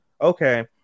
okay